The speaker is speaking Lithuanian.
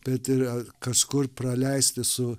bet yra kažkur praleisti su